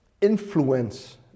influence